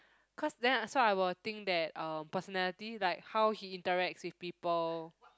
cause then so I will think that uh personality like how he interacts with people